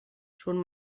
schon